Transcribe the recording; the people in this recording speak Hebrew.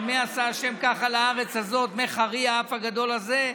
"על מה עשה ה' ככה לארץ הזאת מה חרי האף הגדול הזה",